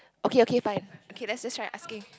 okay okay fine okay let's let's try asking